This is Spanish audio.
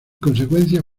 consecuencia